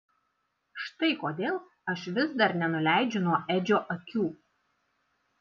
štai kodėl aš vis dar nenuleidžiu nuo edžio akių